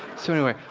so, anyway,